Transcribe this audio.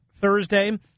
Thursday